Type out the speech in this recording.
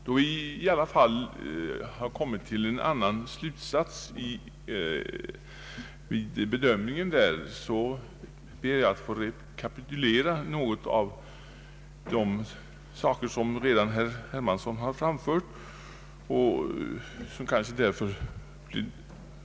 Eftersom vi där ändå har kommit till en annan slutsats vid bedömningen ber jag att få rekapitulera något av vad herr Hermansson har framfört.